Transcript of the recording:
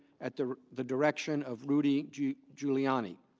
at the the direction of rudy giuliani.